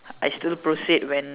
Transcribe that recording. I still proceed when